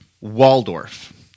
Waldorf